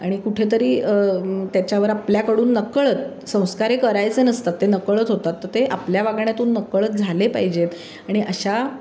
आणि कुठेतरी त्याच्यावर आपल्याकडून नकळत संस्कार हे करायचे नसतात ते नकळत होतात त ते आपल्या वागण्यातून नकळत झाले पाहिजेत आणि अशा